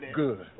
good